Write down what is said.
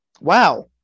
Wow